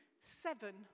seven